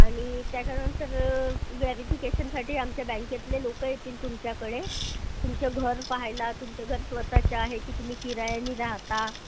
आणि त्याच्यानंतर व्हॅरिफिकेशनसाठी आमच्या बँकेतले लोकं येतील तुमच्याकडे तुमचं घर पहायला तुमचं घर स्वतःचं आहे की तुम्ही किरायानी राहता